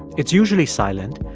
it's usually silent,